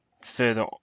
further